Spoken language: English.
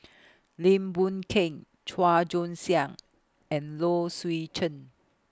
Lim Boon Keng Chua Joon Siang and Low Swee Chen